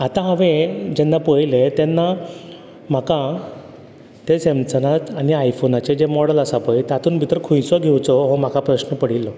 आतां हांवें जेन्ना पळयलें तेन्ना म्हाका ते सॅमसंगांन आनी आयफोनाचे जे मॉडल आसा पळय तातूंन भितर खंयचो घेवचो हो म्हाका प्रश्न पडिल्लो